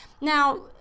Now